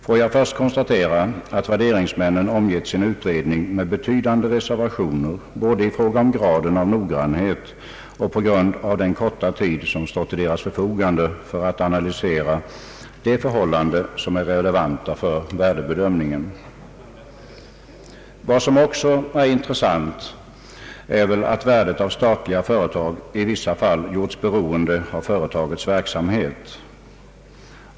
Får jag först konstatera att värderingsmännen omgett sin utredning med betydande reservationer både i fråga om graden av noggrannhet och med anledning av den korta tid som stått till deras förfogande för att analysera de förhållanden som är relevanta vid värdebedömningen. Vad som också är intressant är väl att värdet av statliga företag i vissa fall gjorts beroende av företagets verksamhet.